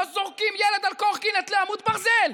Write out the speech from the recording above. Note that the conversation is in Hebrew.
לא זורקים ילד על קורקינט על עמוד ברזל,